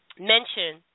mention